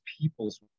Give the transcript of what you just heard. people's